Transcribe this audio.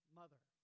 mother